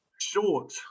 short